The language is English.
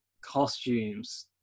costumes